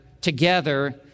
together